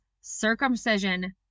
circumcision